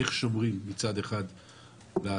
איך שומרים מצד אחד על הצורכים,